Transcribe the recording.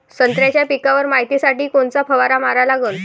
संत्र्याच्या पिकावर मायतीसाठी कोनचा फवारा मारा लागन?